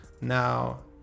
Now